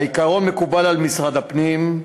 העיקרון מקובל על משרד הפנים,